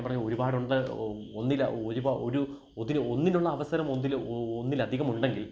ഞാന് പറഞ്ഞ ഒരുപാടുണ്ട് ഒന്നിൽ ഒരുപാ ഒരു ഒതിര് ഒന്നിനുള്ള അവസരം ഒന്നിന് ഒന്നിലധികം ഉണ്ടെങ്കിൽ